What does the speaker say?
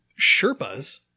Sherpas